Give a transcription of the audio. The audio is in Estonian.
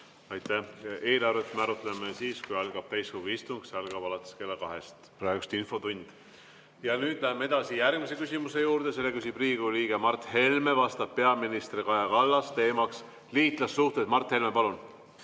Aitäh! Eelarvet me arutame siis, kui algab täiskogu istung. See algab kella kahest, praegu on infotund. Ja nüüd läheme järgmise küsimuse juurde. Selle küsib Riigikogu liige Mart Helme, vastab peaminister Kaja Kallas, teema on liitlassuhted. Mart Helme, palun!